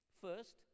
first